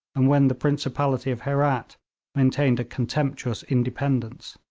and when the principality of herat maintained a contemptuous independence.